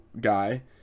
guy